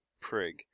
prig